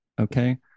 Okay